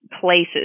places